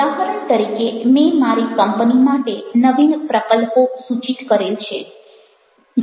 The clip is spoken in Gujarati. ઉદાહરણ તરીકે મેં મારી કંપની માટે નવીન પ્રકલ્પો સૂચિત કરેલ છે